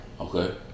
Okay